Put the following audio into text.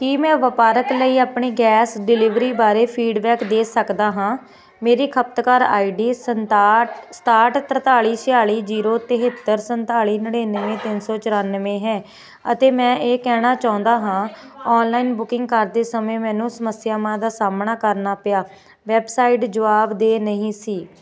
ਕੀ ਮੈਂ ਵਪਾਰਕ ਲਈ ਆਪਣੀ ਗੈਸ ਡਿਲੀਵਰੀ ਬਾਰੇ ਫੀਡਬੈਕ ਦੇ ਸਕਦਾ ਹਾਂ ਮੇਰੀ ਖਪਤਕਾਰ ਆਈ ਡੀ ਸੰਤਾਟ ਸਤਾਹਠ ਤਰਤਾਲੀ ਛਿਆਲੀ ਜ਼ੀਰੋ ਤਿਹੱਤਰ ਸੰਤਾਲੀ ਨੜਿਨਵੇਂ ਤਿੰਨ ਸੌ ਚੁਰਾਨਵੇਂ ਹੈ ਅਤੇ ਮੈਂ ਇਹ ਕਹਿਣਾ ਚਾਹੁੰਦਾ ਹਾਂ ਔਨਲਾਈਨ ਬੁਕਿੰਗ ਕਰਦੇ ਸਮੇਂ ਮੈਨੂੰ ਸਮੱਸਿਆਵਾਂ ਦਾ ਸਾਹਮਣਾ ਕਰਨਾ ਪਿਆ ਵੈੱਬਸਾਈਟ ਜਵਾਬਦੇਹ ਨਹੀਂ ਸੀ